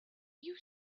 you